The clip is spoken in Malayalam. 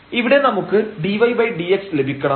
ഇവിടെ നമുക്ക് dydx ലഭിക്കണം